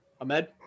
Ahmed